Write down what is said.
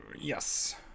yes